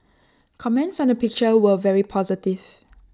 comments on the picture were very positive